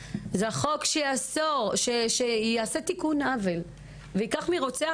זה החוק שייעשה תיקון עוול וייקח מרוצח